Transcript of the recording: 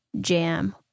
jam